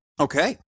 Okay